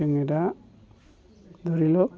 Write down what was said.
जोङो दा ओरैल'